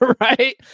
right